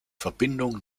verbindung